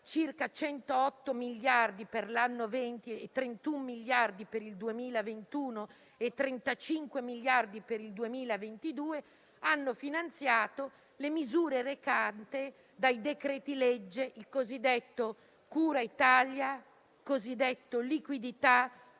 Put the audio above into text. circa 108 miliardi per l'anno 2020, 31 miliardi per il 2021 e 35 miliardi per il 2022 hanno finanziato le misure recate dai decreti-legge cosiddetti cura Italia, liquidità,